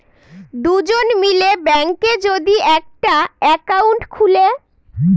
দুজন মিলে ব্যাঙ্কে যদি একটা একাউন্ট খুলে